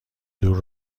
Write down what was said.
دور